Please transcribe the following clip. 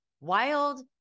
wild